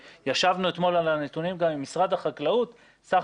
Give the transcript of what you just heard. וישבנו אתמול על הנתונים גם עם משרד החקלאות שבסך